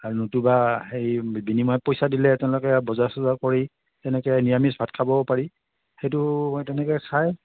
নতুবা সেই বিনিময়ত পইচা দিলে তেওঁলোকে বজাৰ চজাৰ কৰি তেওঁলোকে নিৰামিষ ভাত খাবও পাৰি সেইটো তেনেকৈ খাই